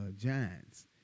Giants